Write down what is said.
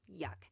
yuck